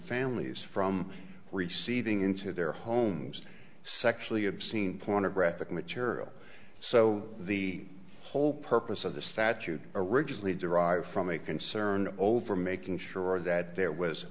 families from receiving into their homes sexually obscene pornographic material so the whole purpose of the statute originally derived from a concern over making sure that there was